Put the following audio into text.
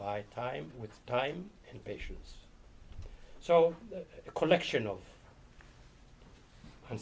by time with time and patience so a collection of